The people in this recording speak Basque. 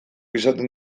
izaten